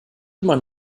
immer